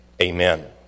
Amen